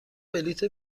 بلیط